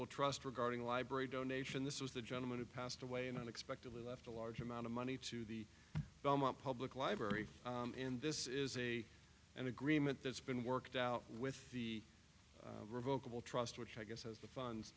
revokable trust regarding library donation this was the gentleman who passed away and unexpectedly left a large amount of money to the belmont public library and this is a an agreement that's been worked out with the revokable trust which i guess has the funds